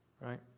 right